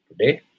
today